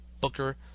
Booker